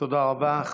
תודה רבה.